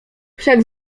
wszak